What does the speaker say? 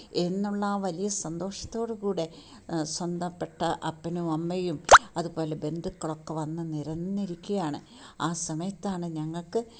എന്നുള്ള ആ വലിയ സന്തോഷത്തോടു കൂടെ സ്വന്തപ്പെട്ട അപ്പനും അമ്മയും അതുപോലെ ബന്ധുക്കളൊക്കെ വന്നു നിരന്നിക്കുകയാണ് ആ സമയത്താണ് ഞങ്ങൾക്ക്